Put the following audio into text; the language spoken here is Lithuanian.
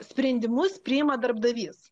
sprendimus priima darbdavys